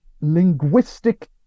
linguistic